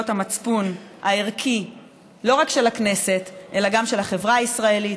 המצפון הערכי לא רק של הכנסת אלא גם של החברה הישראלית,